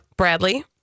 Bradley